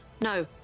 No